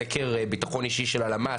סקר ביטחון אישי של הלמ"ס,